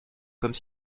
comme